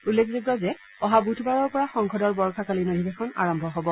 উল্লেখযোগ্য যে অহা বুধবাৰৰ পৰা সংসদৰ বৰ্ষাকালীন অধিৱেশন আৰম্ভ হ'ব